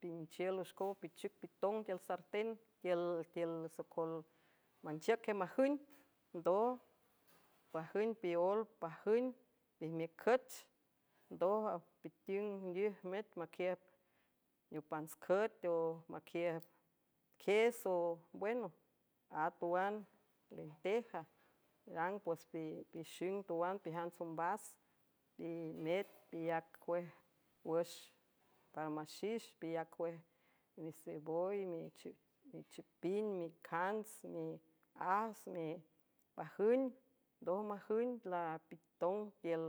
pinchiel oxcow pichiüic pitong tiül sartén ttiül socol manchiüc jemajüng ndoj pajüng pióel pajün pijmiücüch ndoj apitiüngdijmet maqiüjp niopantscüet o maqiüjb ques o mbweno at awan lenteja rang pues pixing tawan pijants ombas imet piyacuej wüx para maxix piyacuej miseboy michüpin micants mias mipajüng ndoj majün lapitong tiül.